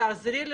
תעזרי לי,